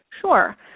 Sure